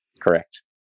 Correct